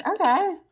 Okay